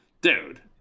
dude